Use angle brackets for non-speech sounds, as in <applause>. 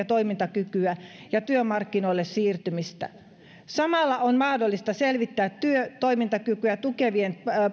<unintelligible> toimintakykyä ja työmarkkinoille siirtymistä samalla on mahdollista selvittää työ ja toimintakykyä tukevien